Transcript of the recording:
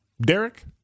Derek